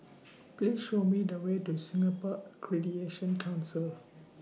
Please Show Me The Way to Singapore Accreditation Council